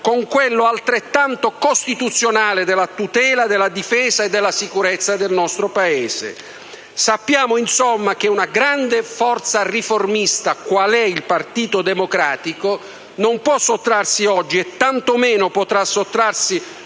a quello altrettanto costituzionale della tutela, della difesa e della sicurezza del nostro Paese. Sappiamo insomma che una grande forza riformista, quale è il Partito Democratico, non può sottrarsi oggi, e tanto meno potrà sottrarsi